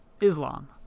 Islam